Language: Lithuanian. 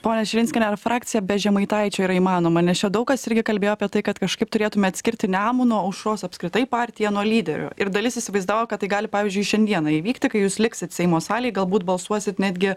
ponia širinskiene ar frakcija be žemaitaičio yra įmanoma nes čia daug kas irgi kalbėjo apie tai kad kažkaip turėtume atskirti nemuno aušros apskritai partiją nuo lyderio ir dalis įsivaizdavo kad tai gali pavyzdžiui šiandieną įvykti kai jūs liksit seimo salėj galbūt balsuosit netgi